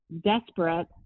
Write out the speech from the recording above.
desperate